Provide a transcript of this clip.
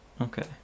Okay